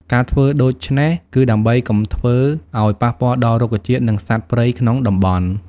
ការធ្វើដូច្នេះ គឺដើម្បីកុំធ្វើឱ្យប៉ះពាល់ដល់រុក្ខជាតិ និងសត្វព្រៃក្នុងតំបន់។